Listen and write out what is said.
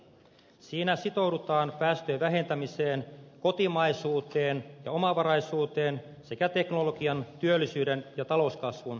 siinä sitoudutaan päästöjen vähentämiseen kotimaisuuteen ja omavaraisuuteen sekä teknologian työllisyyden ja talouskasvun edistämiseen